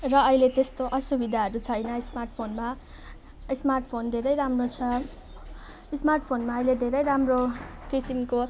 र अहिले त्यस्तो असुविधाहरू छैन स्मार्टफोनमा स्मार्टफोन धेरै राम्रो छ स्मार्टफोनमा अहिले धेरै राम्रो किसिमको